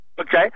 Okay